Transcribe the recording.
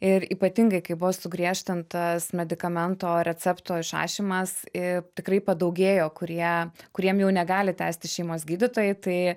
ir ypatingai kai buvo sugriežtintas medikamento recepto išrašymas i tikrai padaugėjo kurie kuriem jau negali tęsti šeimos gydytojai tai